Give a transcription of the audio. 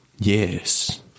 Yes